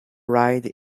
ride